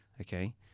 Okay